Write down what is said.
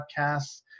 podcasts